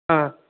ஆ